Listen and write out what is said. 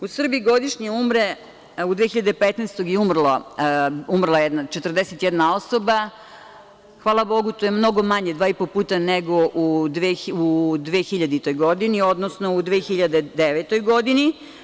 U Srbiji godišnje umre, u 2015. godini je umrla 41 osoba, hvala Bogu to je mnogo manje, 2,5 puta, nego u 2000. godini, odnosno 2009. godini.